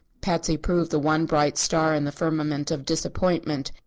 patsy proved the one bright star in the firmament of disappointment.